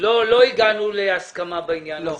לא הגענו להסכמה בעניין הזה.